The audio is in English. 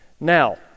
Now